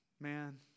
man